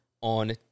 on